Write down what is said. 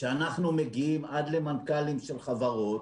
שאנחנו מגיעים עד למנכ"לים של חברות